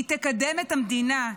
היא תקדם את המדינה,